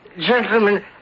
gentlemen